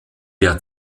der